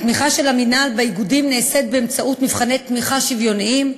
התמיכה של המינהל באיגודים נעשית באמצעות מבחני תמיכה שוויוניים,